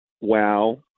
wow